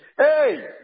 Hey